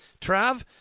Trav